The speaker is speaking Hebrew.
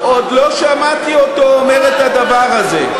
עוד לא שמעתי אותו אומר את הדבר הזה.